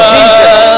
Jesus